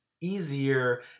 easier